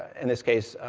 in this case,